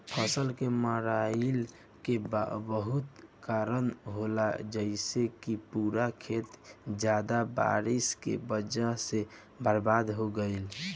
फसल के मरईला के बहुत कारन होला जइसे कि पूरा खेत ज्यादा बारिश के वजह से बर्बाद हो गईल